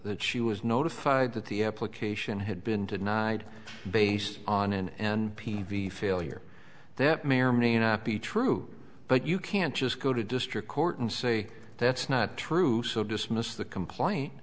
that she was notified that the application had been denied based on an and p v failure that may or may not be true but you can't just go to district court and say that's not true so dismiss the